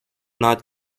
not